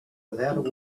without